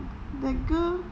that girl